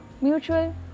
mutual